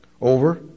over